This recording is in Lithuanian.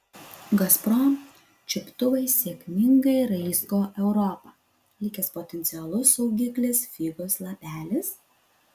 gazprom čiuptuvai sėkmingai raizgo europą likęs potencialus saugiklis figos lapelis